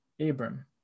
Abram